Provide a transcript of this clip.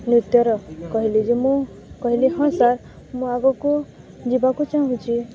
ନୃତ୍ୟର କହିଲି ଯେ ମୁଁ କହିଲି ହଁ ସାର୍ ମୁଁ ଆଗକୁ ଯିବାକୁ ଚାହୁଁଛି